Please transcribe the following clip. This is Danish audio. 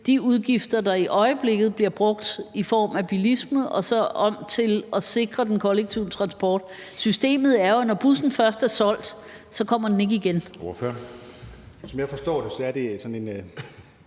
de udgifter, der i øjeblikket bliver brugt på bilisme, til udgifter, der skal sikre den kollektive transport. Systemet er jo sådan, at når bussen først er solgt, kommer den ikke igen.